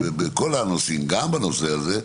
בכל הנושאים וגם בנושא הזה,